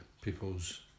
people's